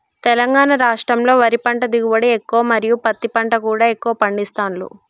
తెలంగాణ రాష్టంలో వరి పంట దిగుబడి ఎక్కువ మరియు పత్తి పంట కూడా ఎక్కువ పండిస్తాండ్లు